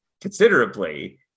considerably